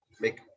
make